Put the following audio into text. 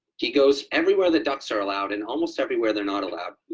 he goes everywhere that ducks are allowed, and almost everywhere they're not allowed.